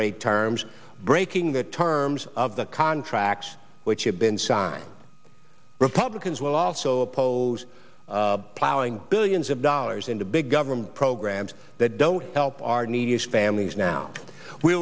rate terms breaking the terms of the contracts which have been signed republicans will also oppose plowing billions of dollars into big government programs that don't help our neediest families now w